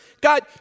God